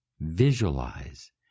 visualize